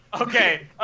Okay